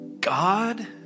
God